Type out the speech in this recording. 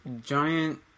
giant